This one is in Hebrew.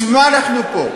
בשביל מה אנחנו פה?